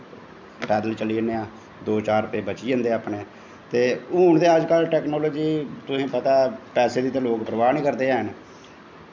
पैदल चली जन्नें आं दो चार रपे बची जंदे अपनें ते हून ते अज्ज कल टैकनॉलजी तुसेंगी पता ऐ पैसे दी ते लोग प्रबाह् नी करदे हैन